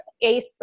ace